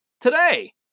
today